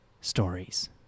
stories